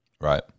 Right